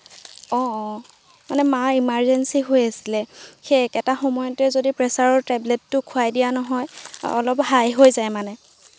অঁ অঁ মানে মাৰ ইমাৰজেঞ্চি হৈ আছিলে সেই একেটা সময়তে যদি প্ৰেচাৰৰ টেবলেটটো খুৱাই দিয়া নহয় অলপ হাই হৈ যায় মানে